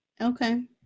Okay